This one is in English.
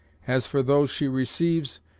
as for those she receives,